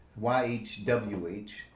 YHWH